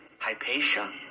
Hypatia